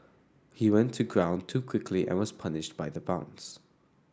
he went to ground too quickly and was punished by the bounce